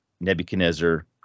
Nebuchadnezzar